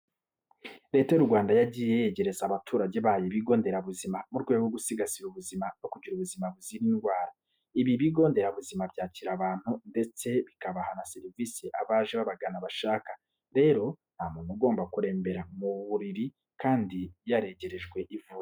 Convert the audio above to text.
Leta y'u Rwanda yagiye yegereza abaturage bayo ibigo nderabuzima mu rwego rwo gusigasira ubuzima no kugira ubuzima buzira indwara. Ibi bigo nderabuzima byakira abantu, ndetse bikabaha na serivise abaje babagana bashaka. Rero, nta muntu ugomba kurembera mu buriri kandi yaregerejwe ivuriro.